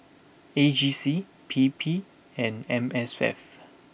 A G C P P and M S F